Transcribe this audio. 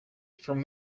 from